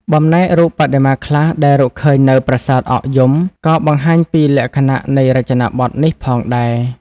បំណែករូបបដិមាខ្លះដែលរកឃើញនៅ ប្រាសាទអកយំ ក៏បង្ហាញពីលក្ខណៈនៃរចនាបថនេះផងដែរ។